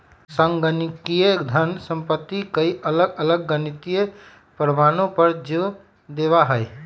संगणकीय धन संपत्ति कई अलग अलग गणितीय प्रमाणों पर जो देवा हई